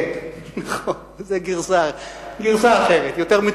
כן, נכון, זו גרסה אחרת.